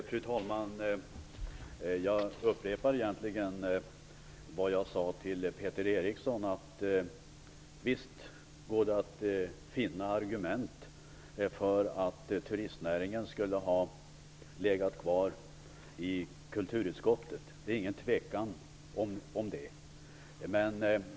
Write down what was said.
Fru talman! Jag upprepar vad jag sade till Peter Eriksson: Visst går det att finna argument för att ha kvar turistnäringen i kulturutskottet. Därom råder inget tvivel.